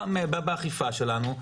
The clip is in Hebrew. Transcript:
באכיפה שלנו,